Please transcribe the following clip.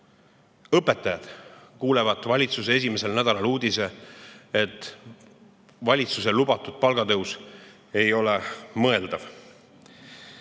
Õpetajad kuulevad valitsuse esimesel [töö]nädalal uudist, et [eelmise] valitsuse lubatud palgatõus ei ole mõeldav.